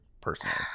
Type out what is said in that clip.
personally